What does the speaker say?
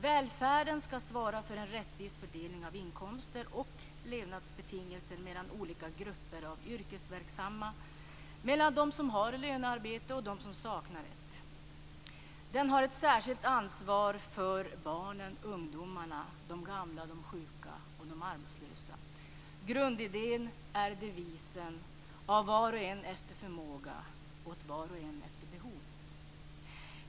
Välfärden skall svara för en rättvis fördelning av inkomster och levnadsbetingelser mellan olika grupper av yrkesverksamma och mellan dem som har lönearbete och dem som saknar det. Den har ett särskilt ansvar för barnen, ungdomarna, de gamla, de sjuka och de arbetslösa. Grundidén är devisen: Av var och en efter förmåga, åt var och en efter behov.